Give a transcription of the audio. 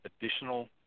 additional